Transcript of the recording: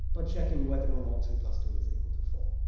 but checking whether or not two plus two is equal to four.